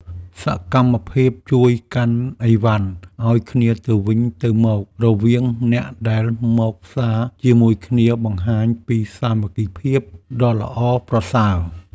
សកម្មភាពជួយកាន់ឥវ៉ាន់ឱ្យគ្នាទៅវិញទៅមករវាងអ្នកដែលមកផ្សារជាមួយគ្នាបង្ហាញពីសាមគ្គីភាពដ៏ល្អប្រសើរ។